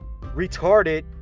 retarded